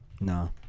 No